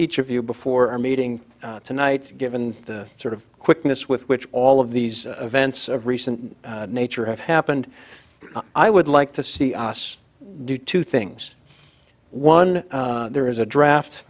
each of you before our meeting tonight given the sort of quickness with which all of these events of recent nature have happened i would like to see us do two things one there is a draft